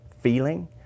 feeling